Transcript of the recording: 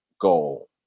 goal